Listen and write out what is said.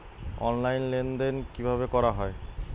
Online লেনদেন কিভাবে করা হয়?